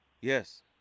Yes